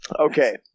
Okay